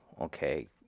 okay